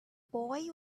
boy